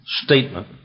statement